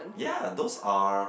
ya those are